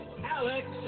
Alex